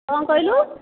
କ'ଣ କହିଲୁ